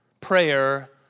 prayer